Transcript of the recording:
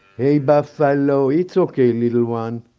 hey buffalo, it's okay little one.